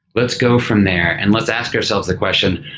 let's go from there, and let's ask ourselves the question,